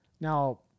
Now